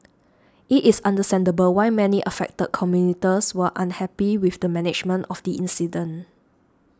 it is understandable why many affected commuters were unhappy with the management of the incident